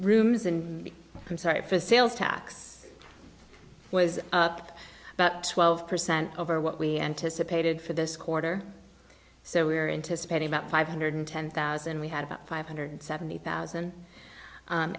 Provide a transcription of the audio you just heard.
rooms and i'm sorry for sales tax was up about twelve percent over what we anticipated for this quarter so we were anticipating about five hundred ten thousand we had about five hundred seventy thousand